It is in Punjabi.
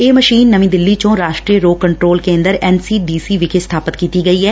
ਇਹ ਮਸ਼ੀਨ ਨਵੀਂ ਦਿੱਲੀ ਚੋਂ ਰਾਸ਼ਟਰੀ ਰੋਗ ਕੰਟਰੋਲ ਕੇਂਦਰ ਐਨ ਸੀ ਡੀ ਸੀ ਵਿਖੇ ਸਬਾਪਤ ਕੀਤੀ ਗਈ ਐ